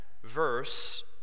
Verse